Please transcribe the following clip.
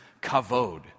kavod